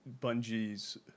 Bungie's